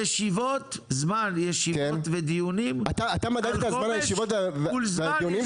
זמן ישיבות ודיונים על חומש מול זמן